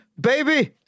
Baby